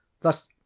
thus